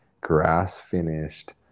grass-finished